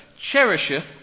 cherisheth